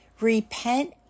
Repent